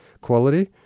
quality